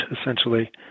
essentially